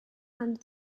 and